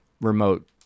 remote